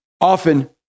often